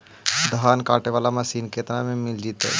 धान काटे वाला मशीन केतना में मिल जैतै?